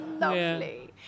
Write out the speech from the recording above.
lovely